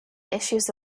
issues